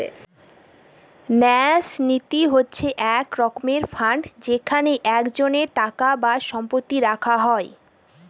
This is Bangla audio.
ন্যাস নীতি হচ্ছে এক রকমের ফান্ড যেখানে একজনের টাকা বা সম্পত্তি রাখা হয়